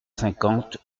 cinquante